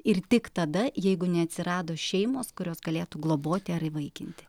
ir tik tada jeigu neatsirado šeimos kurios galėtų globoti ar įvaikinti